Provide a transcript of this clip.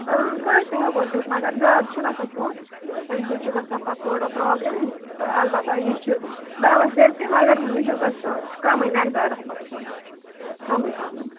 اۭں کٲنٛسہِ تہِ ہیٚکو دِتھ مگر زیادٕ چھُنہٕ آسان کھیٚون امہِ سٕتۍ چھُ گَژھان پتہٕ تھوڑا پرٛابلِم تہٕ البتہ یہِ چھُ دَوا سٲرسٕے مگر یہِ چھُ آسان کَمٕے میٚقدارس منٛز کھیٚون کَمٕے کَمٕے